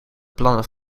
plannen